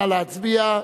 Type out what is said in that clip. נא להצביע.